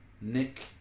Nick